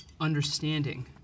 understanding